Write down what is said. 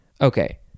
okay